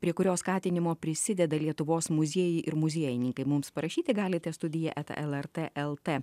prie kurio skatinimo prisideda lietuvos muziejai ir muziejininkai mums parašyti galite studija eta lrt lt